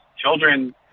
Children